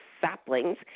saplings